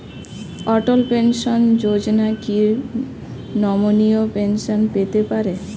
অটল pension Yojana কি নমনীয় pension পেতে পারে?